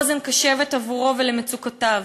אוזן קשבת עבורו ולמצוקותיו.